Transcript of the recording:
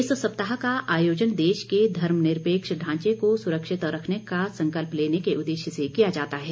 इस सप्ताह का आयोजन देश के धर्मनिरपेक्ष ढांचे को सुरक्षित रखने का संकल्प लेने के उद्देश्य से किया जाता है